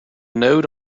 node